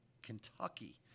Kentucky